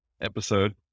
episode